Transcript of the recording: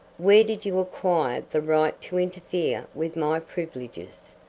where did you acquire the right to interfere with my privileges?